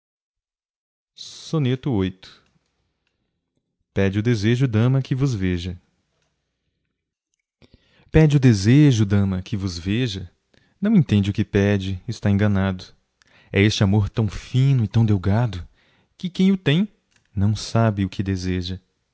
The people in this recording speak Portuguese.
paga mais me deve pede o desejo dama que vos veja não entende o que pede está enganado é este amor tão fino e tão delgado que quem o tem não sabe o que deseja